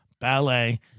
ballet